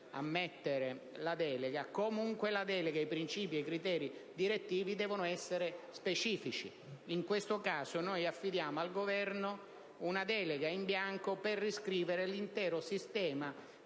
ammettere la delega, comunque la delega, i principi e i criteri direttivi devono essere specifici. In questo caso, affidiamo al Governo una delega in bianco per riscrivere l'intero sistema